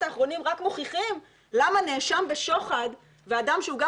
האחרונים רק מוכיחים למה נאשם בשוחד ואדם שהוא גם